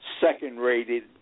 second-rated